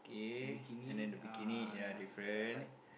k bikini uh put beside like